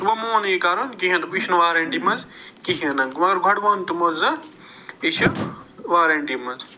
تِمو مون نہٕ یہِ کَرُن کِہیٖنٛۍ دوٚپُکھ یہِ چھُنہٕ وارنٹی منٛز کِہیٖنٛۍ نہٕ مگر گۄڈٕ ووٚن تِمو زٕ یہِ چھُ وارنٹۍ منٛز